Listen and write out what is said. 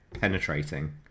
penetrating